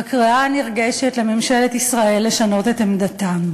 בקריאה הנרגשת לממשלת ישראל לשנות את עמדתה.